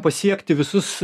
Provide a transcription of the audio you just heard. pasiekti visus